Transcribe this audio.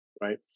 right